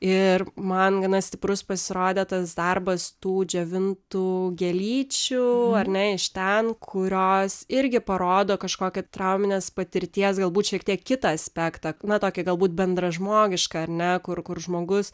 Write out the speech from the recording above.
ir man gana stiprus pasirodė tas darbas tų džiovintų gėlyčių ar ne iš ten kurios irgi parodo kažkokią trauminės patirties galbūt šiek tiek kitą aspektą na tokį galbūt bendražmogišką ar ne kur kur žmogus